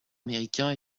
américain